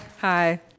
Hi